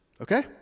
okay